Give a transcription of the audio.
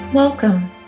Welcome